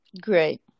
great